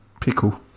pickle